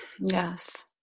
Yes